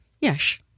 Yes